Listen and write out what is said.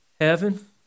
heaven